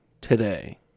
today